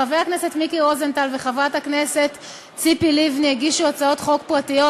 חבר הכנסת מיקי רוזנטל וחברת הכנסת ציפי לבני הגישו הצעות חוק פרטיות,